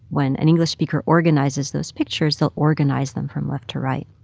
when an english speaker organizes those pictures, they'll organize them from left to right.